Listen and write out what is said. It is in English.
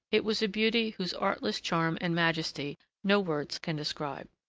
it was a beauty whose artless charm and majesty no words can describe.